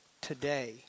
today